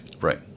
Right